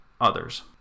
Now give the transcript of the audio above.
others